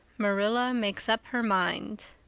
marilla makes up her mind